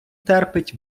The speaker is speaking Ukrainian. терпить